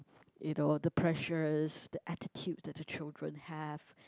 you know the pressures the attitude that the children have